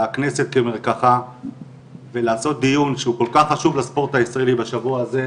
ולעשות דיון שכל כך חשוב לספורט הישראלי בשבוע זה,